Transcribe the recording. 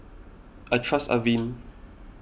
I trust Avene